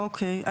בסדר, אוקיי.